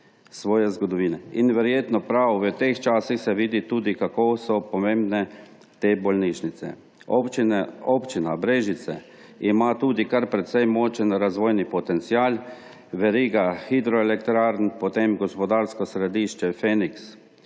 In verjetno se prav v teh časih vidi, kako so pomembne te bolnišnice. Občina Brežice ima tudi kar precej močen razvojni potencial, verigo hidroelektrarn, potem gospodarsko središče Feniks,